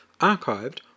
archived